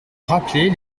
rappeler